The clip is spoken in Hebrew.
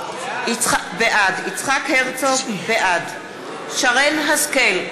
בעד שרן השכל,